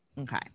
okay